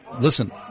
Listen